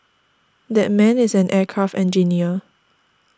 that man is an aircraft engineer